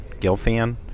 Gilfan